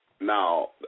now